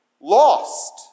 lost